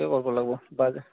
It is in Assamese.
সেইটোৱে কৰিব লাগিব